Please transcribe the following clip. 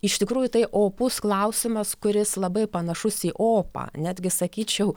iš tikrųjų tai opus klausimas kuris labai panašus į opą netgi sakyčiau